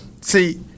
See